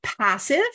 passive